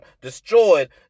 destroyed